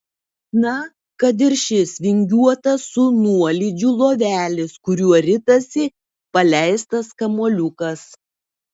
na kad ir šis vingiuotas su nuolydžiu lovelis kuriuo ritasi paleistas kamuoliukas